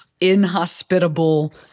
inhospitable